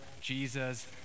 Jesus